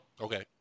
Okay